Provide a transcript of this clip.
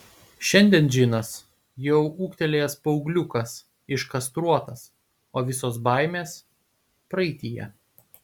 šiandien džinas jau ūgtelėjęs paaugliukas iškastruotas o visos baimės praeityje